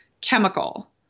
chemical